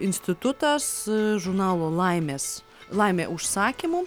institutas žurnalo laimės laimė užsakymu